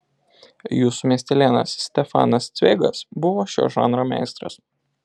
jūsų miestelėnas stefanas cveigas buvo šio žanro meistras